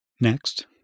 Next